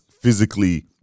physically